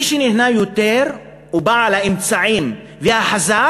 מי שנהנה יותר הוא בעל האמצעים והחזק,